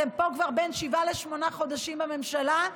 אתם פה כבר בין שבעה לשמונה חודשים בממשלה,